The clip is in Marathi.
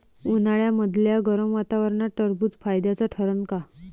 उन्हाळ्यामदल्या गरम वातावरनात टरबुज फायद्याचं ठरन का?